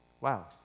Wow